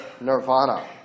nirvana